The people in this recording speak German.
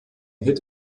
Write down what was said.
hit